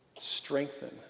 strengthen